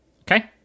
Okay